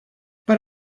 but